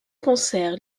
concerts